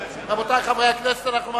רבותי חברי הכנסת, אנחנו ממשיכים.